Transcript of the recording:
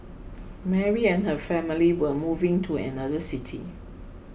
Mary and her family were moving to another city